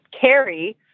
carry